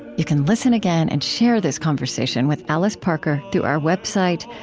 you can listen again and share this conversation with alice parker through our website,